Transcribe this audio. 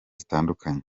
zitandukanye